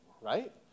right